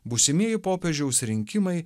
būsimieji popiežiaus rinkimai